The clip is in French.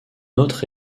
autre